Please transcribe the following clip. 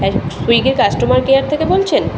হ্যাঁ সুইগির customer care থেকে বলছেন